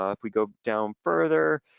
um if we go down further,